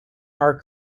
are